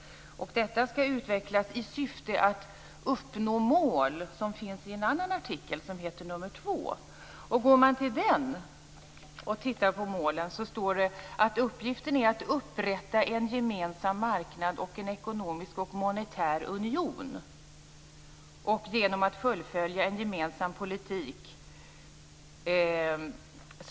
Detta skall utvecklas i syfte att uppnå de mål som finns i en annan artikel, artikel 2, där det står: Uppgiften är att upprätta en gemensam marknad och en ekonomisk och monetär union och genom att fullfölja en gemensam politik.